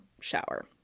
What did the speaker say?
shower